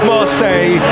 Marseille